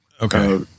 Okay